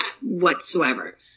whatsoever